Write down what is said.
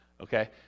Okay